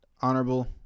Honorable